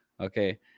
Okay